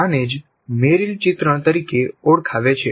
આને જ મેરિલ ચિત્રણ તરીકે ઓળખાવે છે